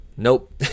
Nope